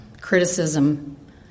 criticism